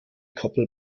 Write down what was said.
koppel